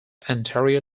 anterior